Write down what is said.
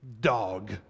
Dog